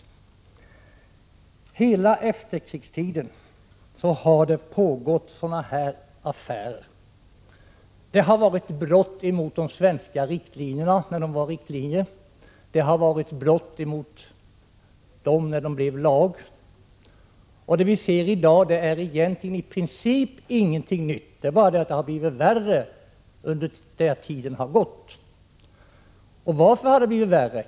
Under hela efterkrigstiden har det pågått sådana här affärer. Det har varit brott mot de svenska riktlinjerna, när de var riktlinjer och när de hade blivit lag. Det som har framkommit i dag är i princip inget nytt — det är bara det att det har blivit värre under det att tiden har gått. Varför har det blivit värre?